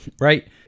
right